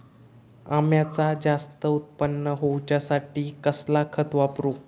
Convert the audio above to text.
अम्याचा जास्त उत्पन्न होवचासाठी कसला खत वापरू?